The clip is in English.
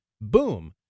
Boom